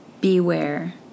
Beware